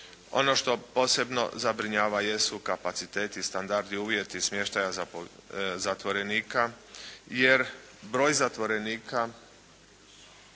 Ono što posebno zabrinjava jesu kapaciteti i standardi uvjeta smještaja zatvorenika, jer broj zatvorenika